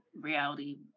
reality